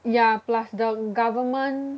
ya plus the government